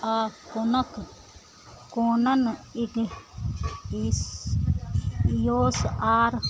आओर कोनक केनन ई ईयोस आर